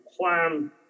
plan